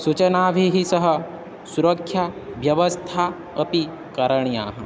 सूचनाभिः सह सुरक्षाव्यवस्थाः अपि करणीयाः